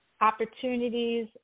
Opportunities